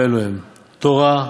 ואלו הן: תורה,